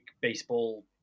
baseball